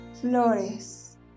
flores